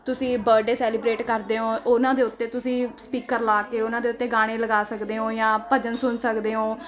ਤੁਸੀਂ birthday celebrate ਕਰਦੇ ਹੋ ਉਹਨਾਂ ਦੇ ਉੱਤੇ ਤੁਸੀਂ ਸਪੀਕਰ ਲਾ ਕੇ ਉਹਨਾਂ ਦੇ ਉੱਤੇ ਗਾਣੇ ਲਗਾ ਸਕਦੇ ਹੋ ਜਾਂ ਭਜਨ ਸੁਣ ਸਕਦੇ ਹੋ